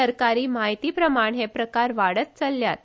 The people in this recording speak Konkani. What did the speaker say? सरकारी म्हायतीप्रमाण हे प्रकार वाडत चल्ल्यात